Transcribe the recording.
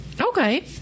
okay